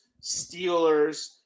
Steelers